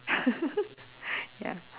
ya